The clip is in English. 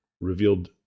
revealed